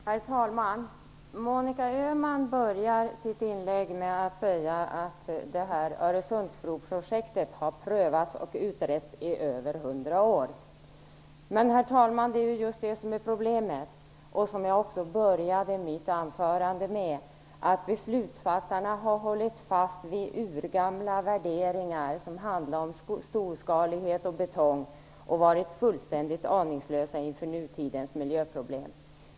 Herr talman! Monica Öhman började sitt inlägg med att säga att Öresundsbroprojektet har prövats och utretts i över hundra år. Men, herr talman, det är ju just det som är problemet, vilket jag också började mitt anförande med: Beslutsfattarna har hållit fast vid urgamla värderingar som gäller storskalighet och betong och varit fullständigt aningslösa inför nutidens miljöproblem.